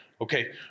Okay